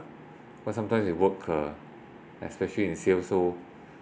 but sometimes it work uh especially in sales so